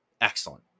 excellent